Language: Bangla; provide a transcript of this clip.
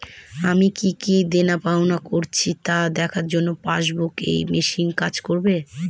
আমি কি কি দেনাপাওনা করেছি তা দেখার জন্য পাসবুক ই মেশিন কাজ করবে?